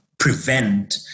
prevent